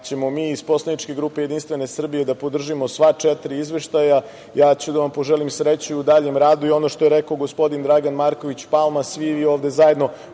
ćemo mi iz poslaničke grupe JS da podržimo sva četiri izveštaja. Ja ću da vam poželim sreću u daljem radu. Ono što je rekao gospodin Dragan Marković Palma, svi ovde zajedno